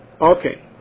Okay